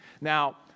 Now